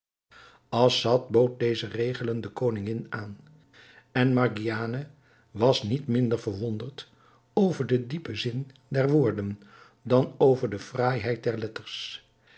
assad bood deze regelen de koningin aan en margiane was niet minder verwonderd over den diepen zin der woorden dan over de fraaiheid der letters